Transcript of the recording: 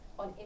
on